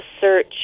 search